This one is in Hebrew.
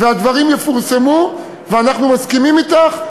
והדברים יפורסמו, ואנחנו מסכימים אתך,